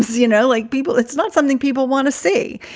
you know, like people. it's not something people want to see.